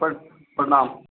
जी पर प्रणाम